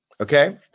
Okay